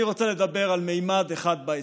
אני רוצה לדבר על ממד אחד בהסכם,